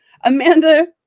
Amanda